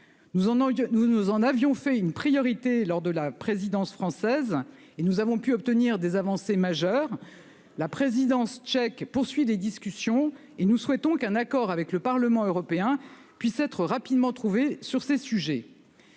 Nous en avons fait une priorité lors de la présidence française du Conseil de l'Union européenne et nous avons pu obtenir des avancées majeures. La présidence tchèque poursuit des discussions et nous souhaitons qu'un accord avec le Parlement européen puisse être rapidement trouvé sur ces sujets.